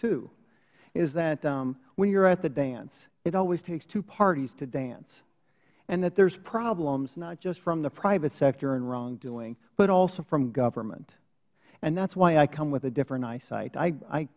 too is that when you're at the dance it always takes two parties to dance and that there's problems not just from the private sector in wrongdoing but also from government and that's why i come with a different eyesight i